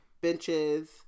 benches